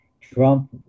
trump